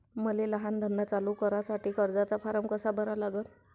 मले लहान धंदा चालू करासाठी कर्जाचा फारम कसा भरा लागन?